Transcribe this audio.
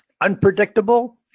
unpredictable